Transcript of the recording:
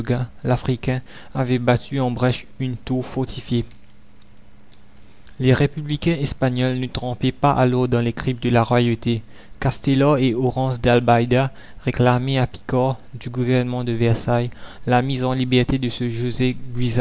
l'africain avaient battu en brèche une tour fortifiée la commune les républicains espagnols ne trempaient pas alors dans les crimes de la royauté castelar et orense d'albaïda réclamaient à picard du gouvernement de versailles la mise en liberté de ce josé